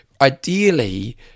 ideally